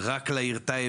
את כל האלמנטים שלה.